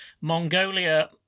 mongolia